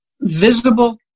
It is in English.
visible